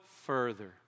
further